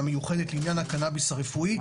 המיוחדת לעניין הקנאביס הרפואי,